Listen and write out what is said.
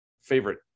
favorite